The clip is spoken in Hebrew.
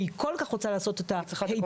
והיא כל כך רוצה לעשות אותה היטב,